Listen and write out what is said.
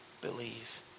believe